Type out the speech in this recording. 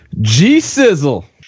G-Sizzle